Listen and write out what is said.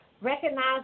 recognize